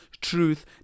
truth